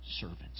servants